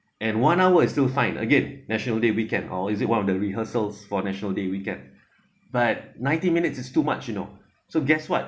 and one hour is still fine again national day weekend or is it one of the rehearsals for national day weekend but ninety minutes is too much you know so guess what